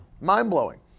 mind-blowing